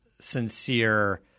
sincere